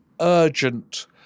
urgent